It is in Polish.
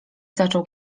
zaczął